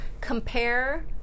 compare